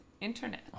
internet